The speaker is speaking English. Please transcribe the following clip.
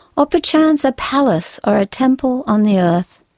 or perchance a palace or a temple on the earth,